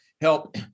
help